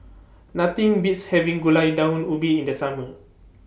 Nothing Beats having Gulai Daun Ubi in The Summer